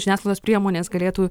žiniasklaidos priemonės galėtų